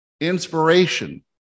inspiration